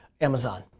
Amazon